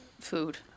food